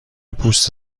پوست